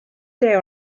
see